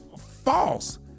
false